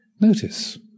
notice